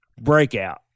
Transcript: breakout